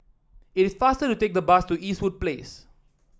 it is faster to take the bus to Eastwood Place